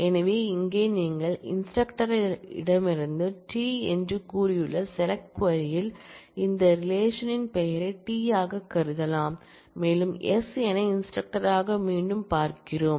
எனவே இங்கே நீங்கள் இன்ஸ்டிரக்டரிடமிருந்து T என்று கூறியுள்ள SELECT க்வரி ல் இந்த ரிலேஷன் ன் பெயரை T ஆகக் கருதலாம் மேலும் எஸ் என இன்ஸ்டிரக்டராக மீண்டும் பார்க்கிறோம்